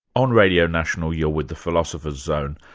on radio national, you're with the philosopher's zone.